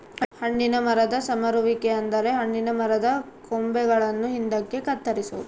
ಹಣ್ಣಿನ ಮರದ ಸಮರುವಿಕೆ ಅಂದರೆ ಹಣ್ಣಿನ ಮರದ ಕೊಂಬೆಗಳನ್ನು ಹಿಂದಕ್ಕೆ ಕತ್ತರಿಸೊದು